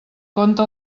compte